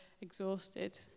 exhausted